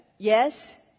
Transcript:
Yes